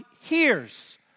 hears